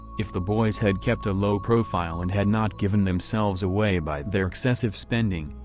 if the boys had kept a low profile and had not given themselves away by their excessive spending,